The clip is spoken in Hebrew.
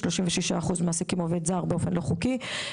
36% מעסיקים עובד זר באופן לא חוקי,